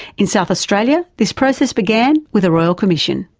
in south australia this process began with a royal commission.